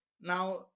Now